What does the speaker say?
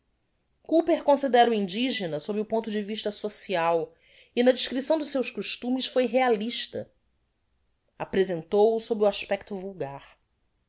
cooper considera o indigena sob o ponto de vista social e na descripção dos seus costumes foi realista apresentou-o sob o aspecto vulgar